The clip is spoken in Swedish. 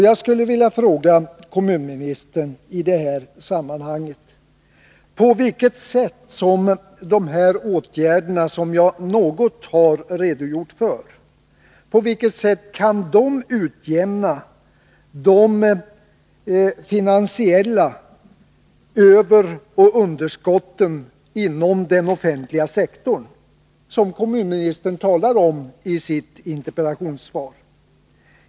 Jag skulle i det här sammanhanget vilja fråga kommunministern: På vilket sätt kan de åtgärder som jag något har redogjort för utjämna de finansiella överoch underskott inom den offentliga sektorn som kommunministern talar omiisitt interpellationssvar?